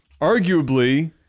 arguably